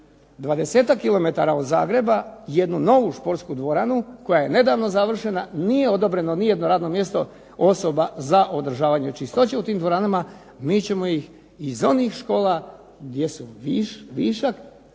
od Zagreba jednu novu športsku dvoranu, koja je nedavno završena, nije odobreno nijedno radno mjesto osoba za održavanje čistoće u tim dvoranama, mi ćemo ih iz onih škola gdje su višak